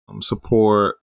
support